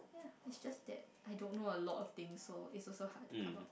is just that I don't know a lot of things so is also hard to come up